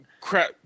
Crap